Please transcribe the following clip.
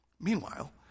Meanwhile